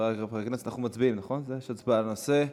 חברי חברי הכנסת, יש הצבעה על הנושא.